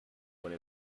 when